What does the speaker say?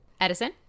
Edison